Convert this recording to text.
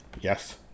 Yes